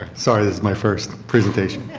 sorry this my first presentation.